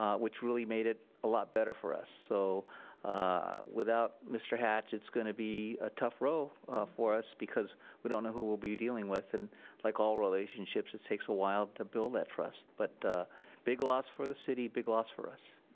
ah which really made it a lot better for us. so without mr. hatch, it's gonna be a tough row for us because we we don't know who we'll be dealing with. and like all relationships, it takes a while to build that trust. but big loss for the city, big loss for us.